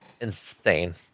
insane